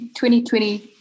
2020